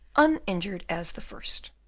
uninjured as the first!